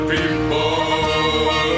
People